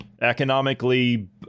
economically